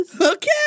Okay